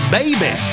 baby